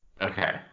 Okay